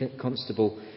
Constable